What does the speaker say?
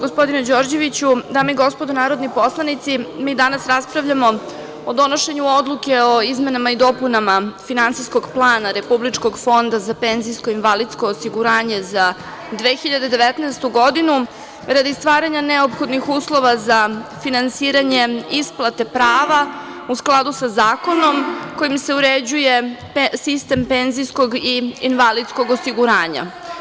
Gospodine Đorđeviću, dame i gospodo narodni poslanici, mi danas raspravljamo o donošenju odluke o izmenama i dopunama Finansijskog plana Republičkog fonda za penzijsko i invalidsko osiguranje za 2019. godinu, radi stvaranja neophodnih uslova za finansiranje isplate prava u skladu sa zakonom kojim se uređuje sistem penzijskog i invalidskog osiguranja.